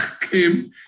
came